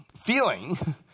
feeling